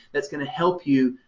that's going to help you